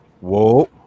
Whoa